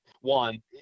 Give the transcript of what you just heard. One